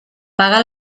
paga